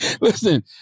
Listen